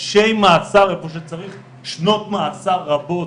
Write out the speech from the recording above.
חודשי מאסר, איפה שצריך שנות מאסר רבות.